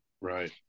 right